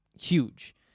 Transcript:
huge